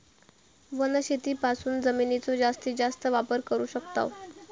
वनशेतीपासून जमिनीचो जास्तीस जास्त वापर करू शकताव